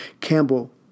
Campbell